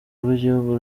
rw’igihugu